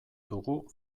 dugu